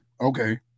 Okay